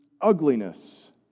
ugliness